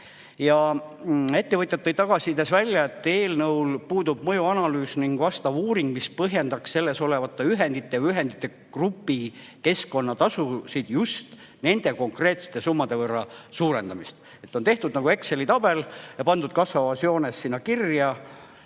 Ettevõtjad tõid tagasisides välja, et eelnõul puudub mõjuanalüüs ning vastav uuring, mis põhjendaks [eelnõus] olevate ühendite või ühendigruppide keskkonnatasusid just nende konkreetsete summade võrra suurendamist. On tehtud Exceli tabel ja pandud kasvavas joones sinna kirja.